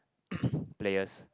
players